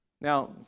Now